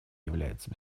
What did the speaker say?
является